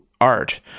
art